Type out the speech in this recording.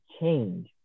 change